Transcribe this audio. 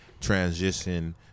transition